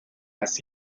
las